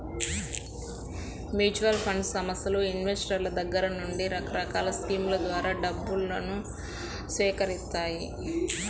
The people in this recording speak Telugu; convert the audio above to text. మ్యూచువల్ ఫండ్ సంస్థలు ఇన్వెస్టర్ల దగ్గర నుండి రకరకాల స్కీముల ద్వారా డబ్బును సేకరిత్తాయి